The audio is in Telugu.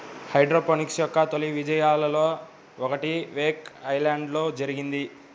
హైడ్రోపోనిక్స్ యొక్క తొలి విజయాలలో ఒకటి వేక్ ఐలాండ్లో జరిగింది